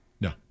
No